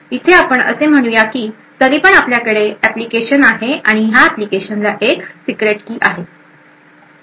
आणि इथे आपण असे म्हणू या की तरीपण आपल्याकडे ऍप्लिकेशन आहे आणि ह्या ऍप्लिकेशन ला सिक्रेट कि आहे